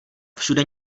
všude